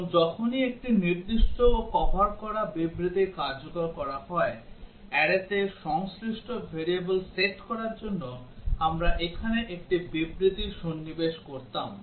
এবং যখনই একটি নির্দিষ্ট কভার করা বিবৃতি কার্যকর করা হয় arrayতে সংশ্লিষ্ট variable সেট করার জন্য আমরা এখানে একটি বিবৃতি সন্নিবেশ করতাম